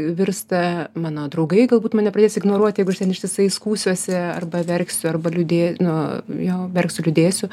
virsta mano draugai galbūt mane pradės ignoruoti jeigu jis ten ištisai skųsiuosi arba verksiu arba liūdė nu jo verksiu liūdėsiu